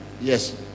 yes